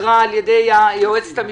סעיף 3, כפי שהוקרא על-ידי היועץ המשפטי.